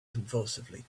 convulsively